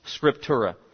scriptura